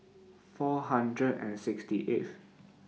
four hundred and sixty eighth